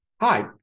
hi